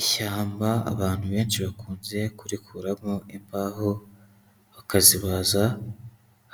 Ishyamba abantu benshi bakunze kurikuramo imbaho, bakazibaza,